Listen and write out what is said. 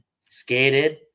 skated